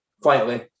quietly